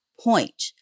point